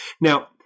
Now